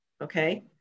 Okay